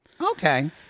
Okay